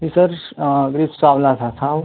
जी sir साँवला सा था वो